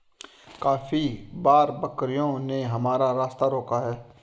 काफी बार बकरियों ने हमारा रास्ता रोका है